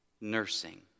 nursing